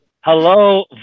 Hello